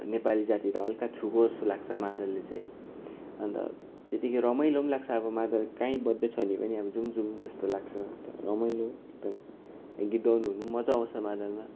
नेपाली जातिलाई हल्का छोएको जस्तो लाग्छ मादलले चाहिँ अन्त त्यतिकै रमाइलो लाग्छ अब मादल काहीँ बज्दैछ भने पनि अब जाऊँ जाऊँ जस्तो लाग्छ अन्त रमाइलो एकदम गीत गाउनु ओर्नु मजा आउँछ मादलमा